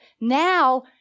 Now